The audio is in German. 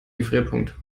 gefrierpunkt